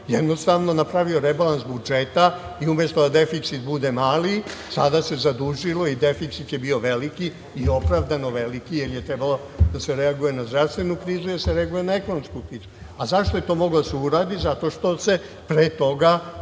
tako što se napravio rebalans budžeta i umesto da deficit bude mali, sada se zadužilo i deficit je bio veliki, i opravdano veliki, jer je trebalo da se reaguje na zdravstvenu krizu i da se reaguje na ekonomsku krizu. Zašto je to moglo da se uradi? Zato što se pre toga